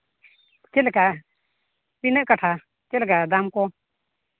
ᱪᱮᱫ ᱞᱮᱠᱟ ᱛᱤᱱᱟᱹᱜ ᱠᱟᱴᱷᱟ ᱪᱮᱫ ᱞᱮᱠᱟ ᱫᱟᱢ ᱠᱚ